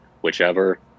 whichever